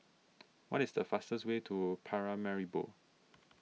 what is the fastest way to Paramaribo